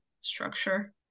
structure